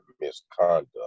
misconduct